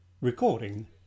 Recording